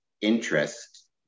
interest